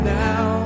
now